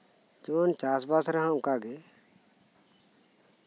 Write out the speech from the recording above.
ᱡᱮᱢᱚᱱ ᱪᱟᱥᱵᱟᱥ ᱨᱮᱦᱚᱸ ᱚᱱᱠᱟᱜᱮ